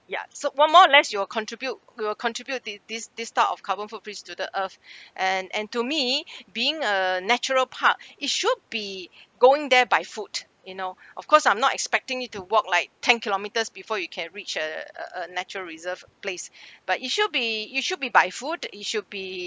ya so one more or less you will contribute you will contribute this this this type of carbon footprints to the earth and and to me being a natural park it should be going there by foot you know of course I'm not expecting you to work like ten kilometres before you can reach uh a a natural reserve place but it should be it should be by foot it should be